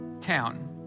town